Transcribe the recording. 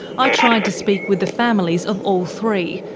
i tried to speak with the families of all three,